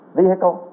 vehicle